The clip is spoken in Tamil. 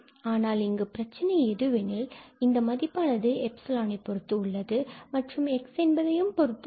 ஆனால் இங்கு பிரச்சனை எதுவெனில் இந்த மதிப்பானது எப்சிலான் பொறுத்து உள்ளது மற்றும் x என்பதை பொறுத்து உள்ளது